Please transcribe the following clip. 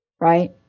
Right